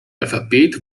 alphabet